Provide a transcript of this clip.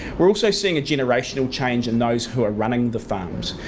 we're also seeing a generational change in those who are running the farms.